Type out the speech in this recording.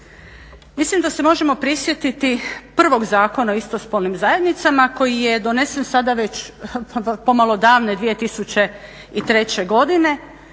Mislim da se možemo prisjetiti prvog Zakona o istospolnim zajednicama koji je donesen sada već pomalo davne 2003. godine.